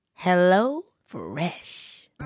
HelloFresh